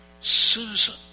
Susan